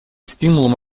стимулом